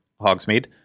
Hogsmeade